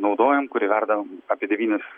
naudojam kuri verda apie devynis